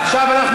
עכשיו אנחנו